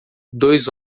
dois